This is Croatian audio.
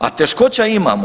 A teškoća imamo.